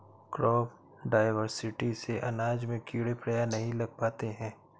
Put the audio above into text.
crop diversity से अनाज में कीड़े प्रायः नहीं लग पाते हैं